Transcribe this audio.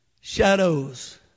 Shadows